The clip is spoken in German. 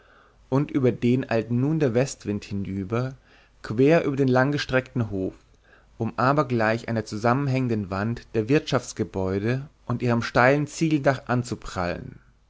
und über den eilt nun der westwind hinüber quer über den langgestreckten hof um aber gleich an der zusammenhängenden wand der wirtschaftsgebäude und ihrem steilen ziegeldach anzuprallen